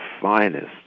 finest